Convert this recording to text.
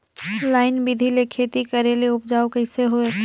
Line बिधी ले खेती करेले उपजाऊ कइसे होयल?